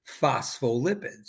phospholipids